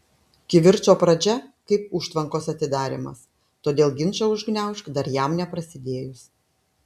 kivirčo pradžia kaip užtvankos atidarymas todėl ginčą užgniaužk dar jam neprasidėjus